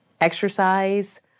exercise